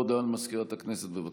הודעה למזכירת הכנסת, בבקשה.